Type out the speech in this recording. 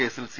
കേസിൽ സി